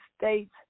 states